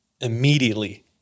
immediately